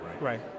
Right